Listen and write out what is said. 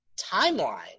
timeline